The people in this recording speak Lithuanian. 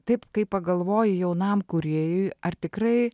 taip kai pagalvoji jaunam kūrėjui ar tikrai